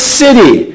city